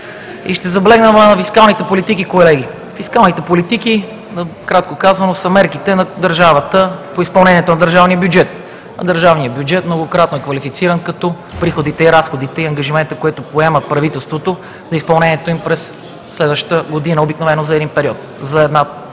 Ще наблегна на фискалните политики, колеги. Фискалните политики, накратко казано, са мерките на държавата по изпълнението на държавния бюджет, а държавният бюджет многократно е квалифициран като приходите, разходите и ангажиментите, които поема правителството за изпълнението им през следващата година, обикновено за една